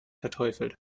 verteufelt